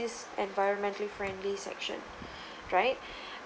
is environmentally friendly section right